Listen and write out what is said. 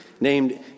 named